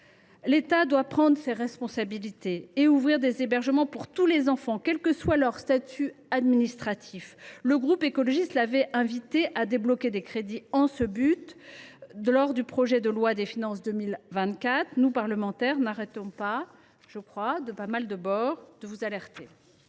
L’État doit prendre ses responsabilités et ouvrir des hébergements pour tous les enfants, quel que soit leur statut administratif. Le groupe écologiste l’avait invité à débloquer des crédits en ce sens lors de l’examen de la loi de finances pour 2024. Nous, parlementaires de nombreux bords, n’arrêtons pas de vous alerter,